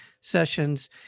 sessions